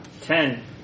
Ten